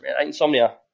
Insomnia